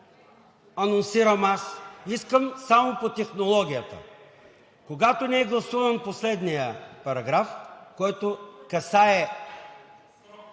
анонсирам, аз искам само по технологията, когато не е гласуван последният параграф, който касае